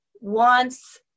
wants